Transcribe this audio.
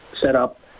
setup